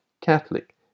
Catholic